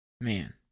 Man